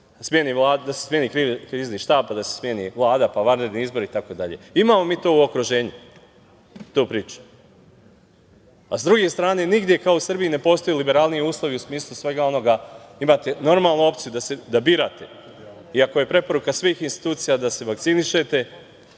da se smeni Krizni štab, pa Vlada, pa vanredni izbori itd. Imamo mi to u okruženju tu priču, a s druge strane, nigde kao u Srbiji ne postoje liberalniji uslovi u smislu svega onoga, imate normalnu opciju da birate, i ako je preporuka svih institucija da se vakcinišete,